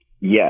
Yes